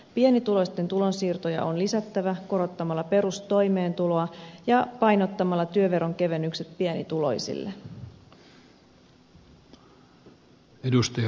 pienituloisten tulonsiirtoja on lisättävä korottamalla perustoimeentuloa ja painottamalla työveron kevennykset pienituloisille